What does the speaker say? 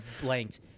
blanked